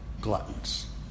gluttons